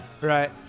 Right